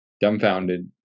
dumbfounded